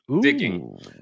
digging